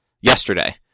yesterday